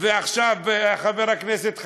ועכשיו חבר הכנסת חזן,